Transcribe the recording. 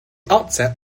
outset